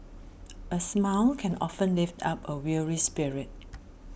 a smile can often lift up a weary spirit